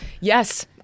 Yes